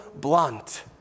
blunt